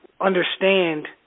understand